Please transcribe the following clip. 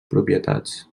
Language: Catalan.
propietats